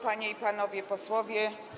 Panie i Panowie Posłowie!